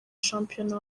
shampiyona